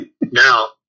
now